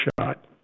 shot